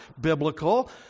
biblical